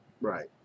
Right